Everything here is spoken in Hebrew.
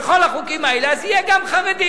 בכל החוקים האלה, אז יהיה גם חרדים.